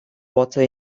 water